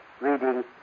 reading